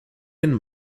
and